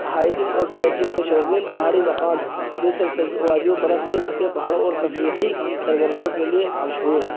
hiking اور trekking کے شوقین پہاڑی مقام ہیں جو سرسبز وادیوں برف سے ڈھکے پہاڑوں اور تفریحی سرگرمیوں کے لیے مشہور ہے